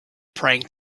praying